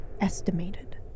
estimated